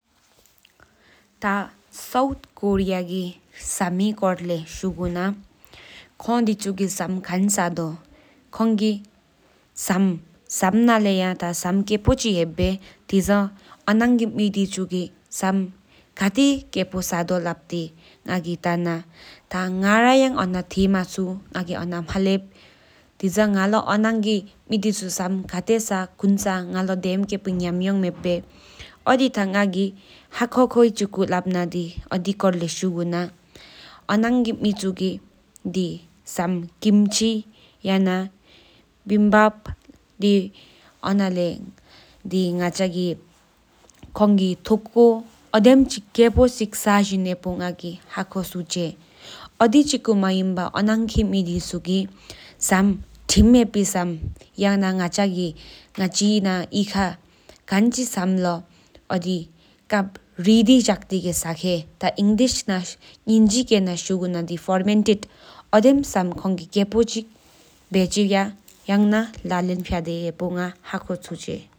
ཐ་སོབིཊི་ཀོ་རི་ནི་སཱ་མེ་ཀོར་བལས་ཤུག་ན། ཁོའི་ས་ཏྲུ་ཁ་ཐོག་ང་བསམ་གླེང་ཤིག་ཡིན་ཙ་དང་ཁང་གསེས་ཧ་མོ། ས་མ་ན་ལས་ཡང་ས་མ་ཀི་ཕིན་ཙི་ཆིཀ་ཡང་བཙམ་པའོ། ཐི་ཅར་ང་ཨོ་ནང་ཁ་གསིད་ཙེ་སྟེ་རབ་སྒྲོལ་ང་ཡོད༠འོ་ས་མ་རང་གསར་ཡག་ཀྲུངས་བཟ་ང་ཨོ་སར་གསེས་ཡང་སྟུང། ཁྲེ་ཐང་ང་དི་ཛང་ཡེ་དི་ཧ་མོ་ཞབ་ལང་བསི་མེ་ང་ན་ཡོད་ཀྲབ། ཨོ་དི་ཐང་ང་ཕ་ལར་གསེས་ཧབ་ཤོལ་ཤུང་ན་ཨོ་ནང་ཁ་གསིད་ཙེ་སྟེ་རབ་སྒྲོལ་བོ་མ་རང་གསར་ཡག་བར་མ་འོ་བསྒྲུབ་སེ་གསགས། ཨོ་ཨོ་ན་ལས་ང་ཅ་རཀ་ལ་མས་ཡུན་ད་བག་རེ་ཁོང་སྟིངས་རའོ་ཞེ་པར་དང་རང་མ་ཌྷ་ཤོར་ན་འོ་བསི་ཛླ་ཡ་དབང་སྒྲོལ་ཝ་ཡའི་ཤམ་རའོ་བཙམ། ཨོ་ཐེངས་མ་ནས་ཨོ་ཨེག་ཀའི་ཨེ་ཡའ་བཟའ་རའོ་རི་བ་ལ་འཁྲད་གསེ་འཐ་ཀོ་རའོ་བཙམ།